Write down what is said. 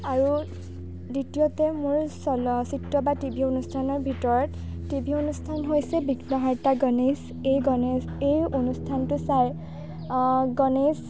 আৰু দ্বিতীয়তে মোৰ চলচ্চিত্ৰ বা টি ভি অনুষ্ঠানৰ ভিতৰত টি ভি অনুষ্ঠান হৈছে বিঘ্ন হাৰ্তা গণেশ এই গণেশ এই অনুষ্ঠানটো চাই গণেশ